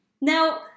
Now